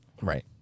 Right